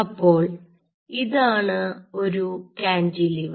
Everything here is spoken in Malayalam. അപ്പോൾ ഇതാണ് ഒരു കാന്റിലിവർ